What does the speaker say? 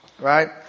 Right